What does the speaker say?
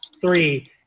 three